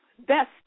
best